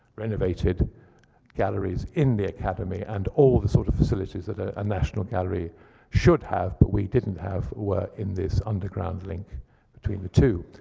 renovated galleries in the academy, and all the sort of facilities a ah national gallery should have but we didn't have were in this underground link between the two.